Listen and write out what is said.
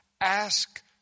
Ask